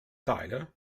tyler